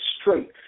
straight